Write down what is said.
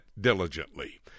diligently